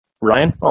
Ryan